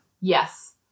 Yes